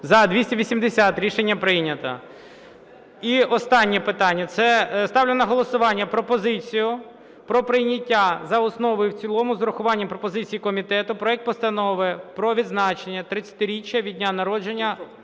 За-280 Рішення прийнято. І останнє питання. Ставлю на голосування пропозицію про прийняття за основу і в цілому з урахуванням пропозицій комітету проект Постанови про відзначення 300-річчя від дня народження